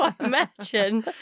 imagine